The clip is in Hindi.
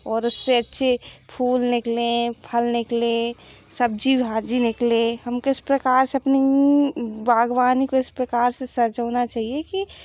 और उससे अच्छे फूल निकले फल निकले सब्ज़ी भाजी निकले हम किस प्रकार से अपनी बाग़बानी को इस प्रकार से सजोना चाहिए कि